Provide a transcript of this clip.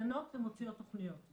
דנות ומוציאות תכנית.